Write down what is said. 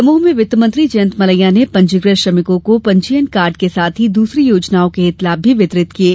दमोह में वित्त मंत्री जयंत मलैया ने पंजीकृत श्रमिकों को पंजीयन कार्ड के साथ ही दूसरी योजनाओं के हितलाभ भी वितरित किये